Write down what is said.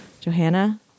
Johanna